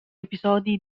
episodi